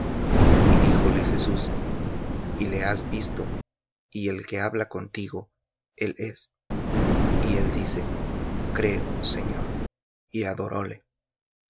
y díjole jesús y le has visto y el que habla contigo él es y él dice creo señor y adoróle